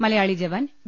Malayali jawan V